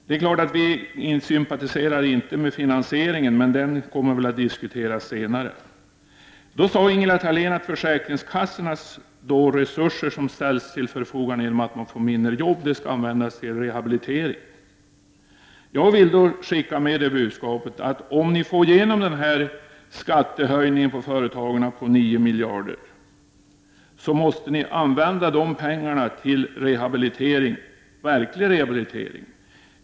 Det är klart att vi inte sympatiserar med finansieringen, men den kommer väl att diskuteras senare. Då sade Ingela Thalén att de resurser hos försäkringskassorna som kommer att ställas till förfogande genom att kassorna får mindre jobb skall användas för rehabilitering. Jag vill då skicka med det budskapet att ni, om ni får igenom en skattehöjning för företagen på 9 miljarder, måste använda de pengarna till verklig rehabilitering.